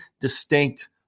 distinct